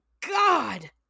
god